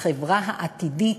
בחברה העתידית